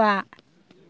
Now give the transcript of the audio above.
बा